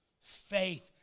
Faith